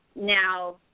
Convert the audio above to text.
now